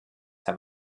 have